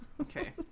Okay